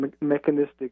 mechanistic